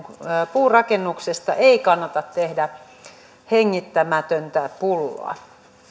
puurakennuksesta ei kannata tehdä hengittämätöntä pulloa